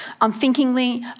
Unthinkingly